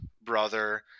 brother